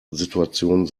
situation